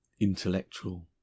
intellectual